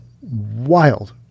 wild